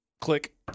Click